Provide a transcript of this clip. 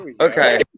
Okay